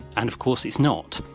and of course it's not